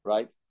Right